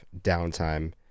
downtime